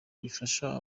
bifasha